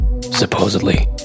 supposedly